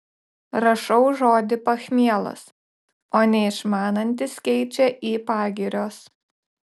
rašau žodį pachmielas o neišmanantys keičia į pagirios